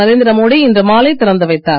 நரேந்திர மோடி இன்று மாலை திறந்து வைத்தார்